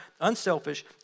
unselfish